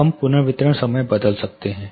हम पुनर्वितरण समय बदल सकते हैं